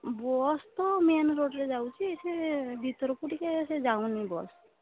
bus ତ main ରୋଡ଼୍ରେ ଯାଉଛି ସେ ଭିତରକୁ ଟିକେ ସେ ଯାଉନି ବସ୍